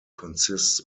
consist